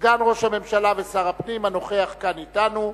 סגן ראש הממשלה ושר הפנים הנוכח כאן אתנו.